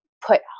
put